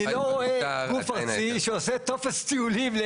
אי לא רואה גוף ארצי שעושה טופס טיולים.